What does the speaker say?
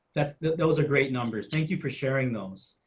that's those are great numbers. thank you for sharing those.